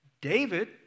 David